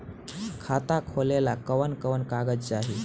खाता खोलेला कवन कवन कागज चाहीं?